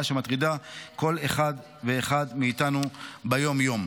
שמטרידה כל אחד ואחד מאיתנו ביום-יום.